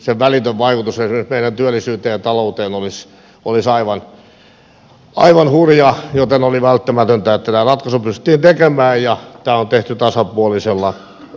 sen välitön vaikutus esimerkiksi meidän työllisyyteen ja talouteen olisi aivan hurja joten oli välttämätöntä että tämä ratkaisu pystyttiin tekemään ja tämä on tehty tasapuolisella tavalla